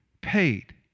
paid